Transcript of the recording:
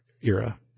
era